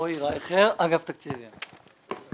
אגף התקציבים.